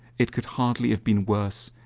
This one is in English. it could hardly have been worse,